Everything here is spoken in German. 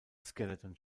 skeleton